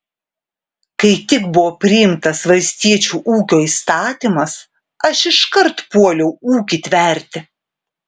kai tik buvo priimtas valstiečių ūkio įstatymas aš iškart puoliau ūkį tverti